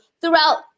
throughout